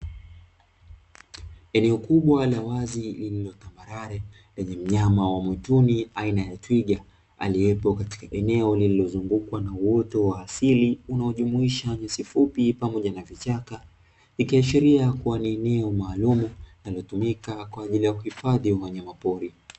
Eneo kubwa la wazi lililo tambarare, lenye mnyama wa porini aina ya twiga aliyepo katika eneo lililozungukwa na uoto wa asili unaojumuisha nyasi fupi pamoja na vichaka, ikishiria kuwa ni eneo maalumu linalotumika kwa ajili ya kuhifadhi wanyama pori.